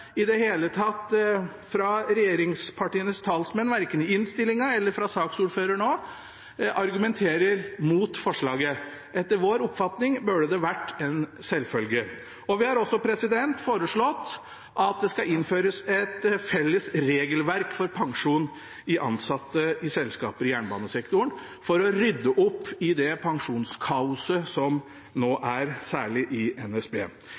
i det hele tatt – verken i innstillingen eller ved saksordføreren nå – argumentert imot forslaget. Etter vår oppfatning burde det vært en selvfølge. Vi har også foreslått at det skal innføres et felles regelverk for pensjonen til de ansatte i selskaper i jernbanesektoren for å rydde opp i det pensjonskaoset som nå er, særlig i NSB.